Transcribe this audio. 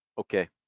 okay